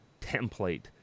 template